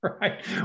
Right